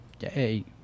Yay